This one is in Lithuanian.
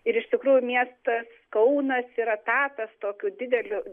ir iš tikrųjų miestas kaunas yra tapęs tokiu dideliu